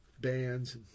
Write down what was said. bands